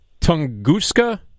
Tunguska